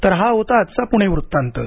तर हा होता आजचा पूणे वृत्तांत